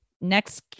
next